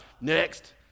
Next